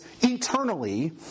eternally